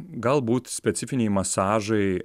galbūt specifiniai masažai